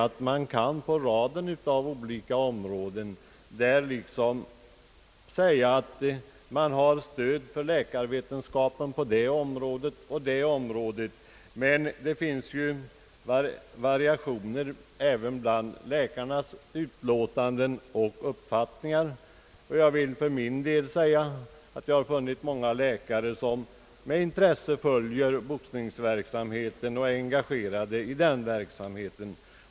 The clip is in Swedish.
Det finns en rad olika områden, där man kan göra gällande att man har läkarvetenskapens stöd för sin uppfattning, men där läkarnas utlåtanden visar varierande uppfattningar. Jag har för min del funnit många läkare som med intresse följer och är engagerade i boxningsverksamheten.